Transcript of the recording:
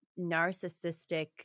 narcissistic